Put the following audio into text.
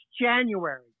January